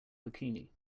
bikini